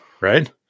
right